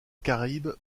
caraïbe